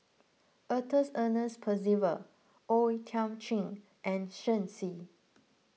Arthur Ernest Percival O Thiam Chin and Shen Xi